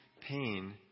pain